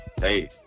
Hey